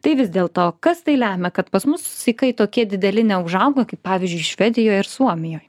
tai vis dėlto kas tai lemia kad pas mus sykai tokie dideli neužauga kaip pavyzdžiui švedijoj ir suomijoj